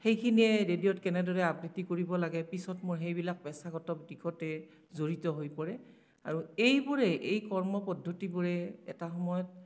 সেইখিনিয়ে ৰেডিঅ'ত কেনেদৰে আবৃত্তি কৰিব লাগে পিছত মই সেইবিলাক পেছাগত দিশতে জড়িত হৈ পৰে আৰু এইবোৰেই এই কৰ্ম পদ্ধতিবোৰেই এটা সময়ত